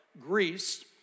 Greece